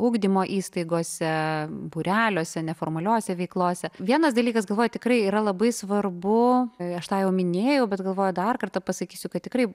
ugdymo įstaigose būreliuose neformaliose veiklose vienas dalykas galvoj tikrai yra labai svarbu aš tą jau minėjau bet galvoju dar kartą pasakysiu kad tikrai